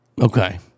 Okay